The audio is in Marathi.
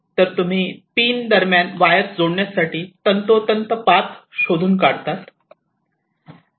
तर तुम्ही पिन दरम्यान वायर्स जोडण्यासाठी तंतोतंत पाथ शोधून काढता